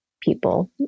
people